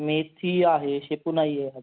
मेथी आहे शेपू नाही आहे आज